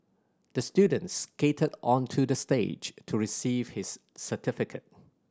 the student skated onto the stage to receive his certificate